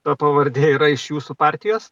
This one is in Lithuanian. ta pavardė yra iš jūsų partijos